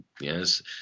yes